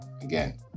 again